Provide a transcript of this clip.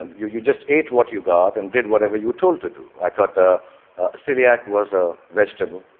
and you you just ate what you got and did whatever you were told to do. i thought ah ah celiac was a vegetable,